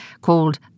called